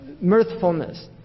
mirthfulness